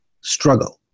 struggle